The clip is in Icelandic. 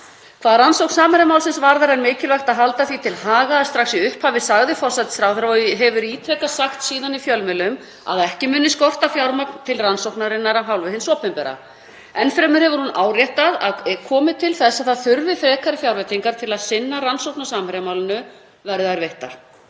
Hvað rannsókn Samherjamálsins varðar er mikilvægt að halda því til haga að strax í upphafi sagði forsætisráðherra, og hefur ítrekað sagt síðan í fjölmiðlum, að ekki muni skorta fjármagn til rannsóknarinnar af hálfu hins opinbera. Enn fremur hefur hún áréttað að ef komi til þess að það þurfi frekari fjárveitingar til að sinna rannsókn á Samherjamálinu verði þær veittar.